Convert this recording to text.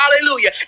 hallelujah